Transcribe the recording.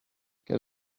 quel